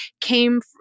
came